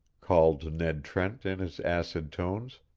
called ned trent, in his acid tones.